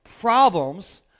Problems